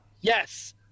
Yes